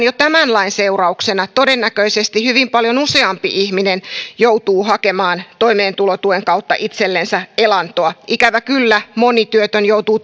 jo tämän lain seurauksena todennäköisesti hyvin paljon useampi ihminen joutuu hakemaan toimeentulotuen kautta itsellensä elantoa ikävä kyllä moni työtön joutuu